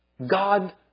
God